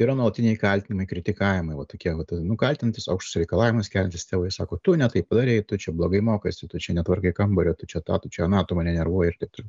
tai yra nuolatiniai kaltinimai kritikavimai vat tokie vat nu kaltinantys aukštus reikalavimus keliantys tėvai sako tu ne taip padarei tu čia blogai mokaisi tu čia netvarkai kambario tu čia tą tu čia aną tu mane nervuoji ir taip toliau